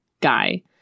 guy